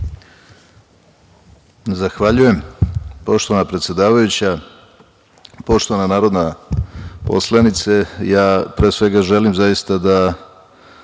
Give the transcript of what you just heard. Zahvaljujem. Poštovana predsedavajuća, poštovana narodna poslanice, ja pre svega želim zaista da